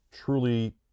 truly